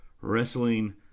Wrestling